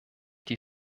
die